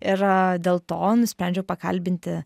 ir dėl to nusprendžiau pakalbinti